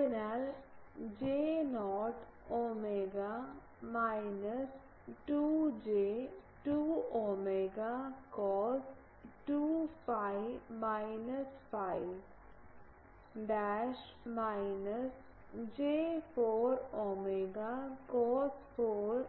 അതിനാൽ j 0 omega minus 2 j 2 omega cos 2 phi minus phi dash minus j 4 omega cos 4